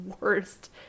worst